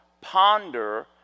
ponder